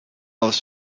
aus